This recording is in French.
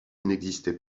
n’existait